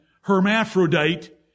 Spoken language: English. hermaphrodite